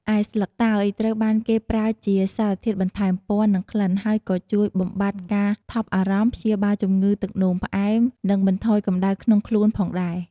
ឯ ស្លឹកតើយ ត្រូវបានគេប្រើជា សារធាតុបន្ថែមពណ៌ និង ក្លិន ហើយក៏ជួយ បំបាត់ការថប់បារម្ភ ព្យាបាល ជំងឺទឹកនោមផ្អែម និង បន្ថយកម្ដៅក្នុងខ្លួន ផងដែរ។